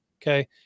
Okay